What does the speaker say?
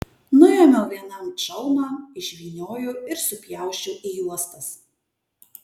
nuėmiau vienam čalmą išvyniojau ir supjausčiau į juostas